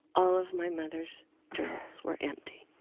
all of my mother's journals were empty